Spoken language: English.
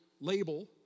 label